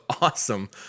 awesome